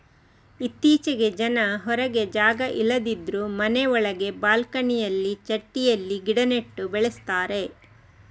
ಇತ್ತೀಚೆಗೆ ಜನ ಹೊರಗೆ ಜಾಗ ಇಲ್ಲದಿದ್ರೂ ಮನೆ ಒಳಗೆ ಬಾಲ್ಕನಿನಲ್ಲಿ ಚಟ್ಟಿಯಲ್ಲಿ ಗಿಡ ನೆಟ್ಟು ಬೆಳೆಸ್ತಾರೆ